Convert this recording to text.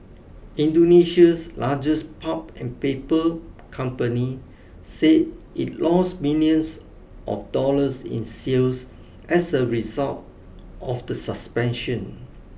Indonesia's largest pulp and paper company said it lost millions of dollars in sales as a result of the suspension